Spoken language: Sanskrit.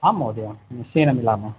आम् महोदय निश्चयेन मिलामः